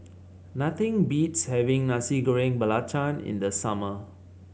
nothing beats having Nasi Goreng Belacan in the summer